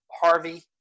Harvey